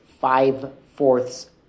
five-fourths